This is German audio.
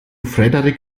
frederik